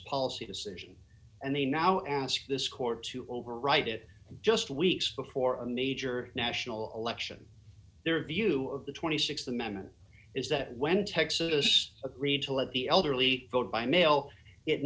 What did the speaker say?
policy decision and they now ask this court to override it just weeks before a major national election their view of the th amendment is that when texas agreed to let the elderly vote by mail it